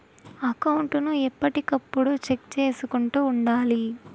account ను ఎప్పటికప్పుడు check చేసుకుంటూ ఉండాలి